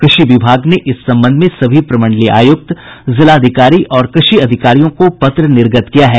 कृषि विभाग ने इस संबंध में सभी प्रमंडलीय आयुक्त जिलाधिकारी और कृषि अधिकारियों को पत्र निर्गत किया है